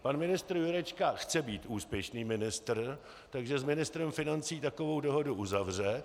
Pan ministr Jurečka chce být úspěšný ministr, takže s ministrem financí takovou dohodu uzavře.